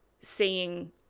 seeing